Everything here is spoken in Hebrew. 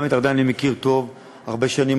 גם את ארדן אני מכיר טוב הרבה שנים,